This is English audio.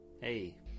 Hey